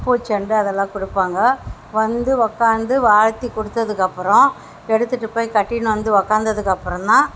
பூச்செண்டு அதெல்லாம் கொடுப்பாங்க வந்து உக்காந்து வாழ்த்தி கொடுத்ததுக்கு அப்புறம் எடுத்துகிட்டு போய் கட்டின்னு வந்து உக்காந்ததுக்கு அப்புறந்தான்